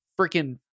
freaking